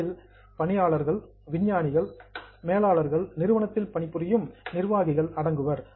அதில் எம்பிளோயீ பணியாளர் சயின்டிஸ்ட் விஞ்ஞானி மேனேஜர் மேலாளர்கள் நிறுவனத்தில் பணிபுரியும் எக்ஸிக்யூட்டிவ் நிர்வாகிகள் அடங்குவர்